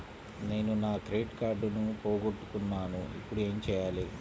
నేను నా క్రెడిట్ కార్డును పోగొట్టుకున్నాను ఇపుడు ఏం చేయాలి?